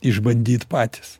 išbandyt patys